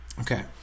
Okay